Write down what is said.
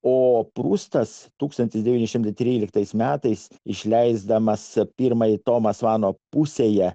o prustas tūkstantis devyni šimtai tryliktais metais išleisdamas pirmąjį tomą svano pusėje